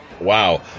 Wow